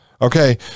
Okay